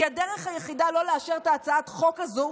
כי הדרך היחידה לא לאשר את הצעת החוק הזו